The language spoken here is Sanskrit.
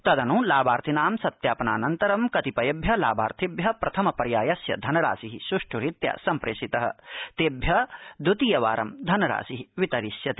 तदन् लाभार्थिनां सत्यापनान्तरं कतिपयेभ्य लाभार्थिभ्य प्रथम पर्यायस्य धनराशि सुष्ठरीत्या सम्प्रेषित तेभ्य द्वितीयवारं धनराशि वितरिष्यते